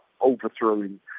overthrowing